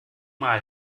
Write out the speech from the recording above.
mal